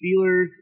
Steelers